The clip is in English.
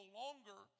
longer